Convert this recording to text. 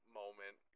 moment